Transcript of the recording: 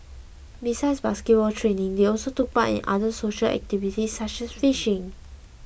besides basketball training they also took part in other social activities such as fishing